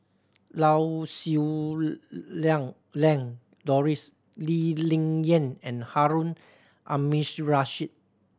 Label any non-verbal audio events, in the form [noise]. Lau Siew [unintelligible] Lang Lan Doris Lee Ling Yen and Harun Aminurrashid